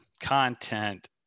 content